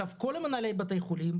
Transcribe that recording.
כל מנהלי בתי החולים,